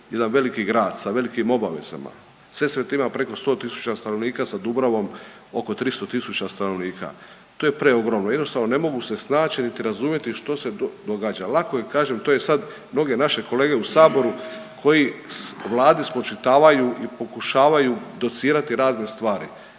jedan veliki grad sa velikim obavezama. Sesvete ima preko 100 tisuća stanovnika sa Dubravom oko 300 tisuća stanovnika. To je preogromno. Jednostavno, ne mogu se snaći niti razumjeti što se događa. Lako je, kažem, to je sad mnoge naše kolege u Saboru koji Vladi spočitavaju i pokušavaju docirati razne stvari.